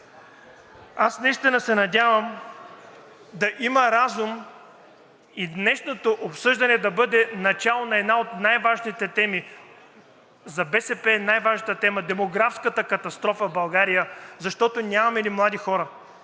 Аз наистина се надявам да има разум и днешното обсъждане да бъде начало на една от най-важните теми. За БСП най важната тема – демографската катастрофа в България, защото нямаме ли млади хора,